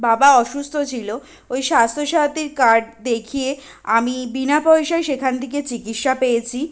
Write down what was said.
বাবা অসুস্থ ছিলো ওই স্বাস্থ্য সাথীর কার্ড দেখিয়েই আমি বিনা পয়সায় সেখান থেকে চিকিৎসা পেয়েছি